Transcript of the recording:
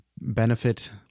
benefit